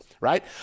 right